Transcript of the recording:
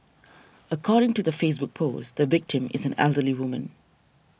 according to the Facebook post the victim is an elderly woman